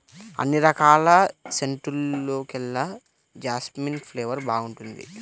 అన్ని రకాల సెంటుల్లోకెల్లా జాస్మిన్ ఫ్లేవర్ బాగుంటుంది